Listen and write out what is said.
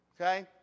Okay